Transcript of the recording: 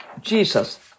Jesus